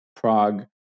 Prague